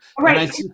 right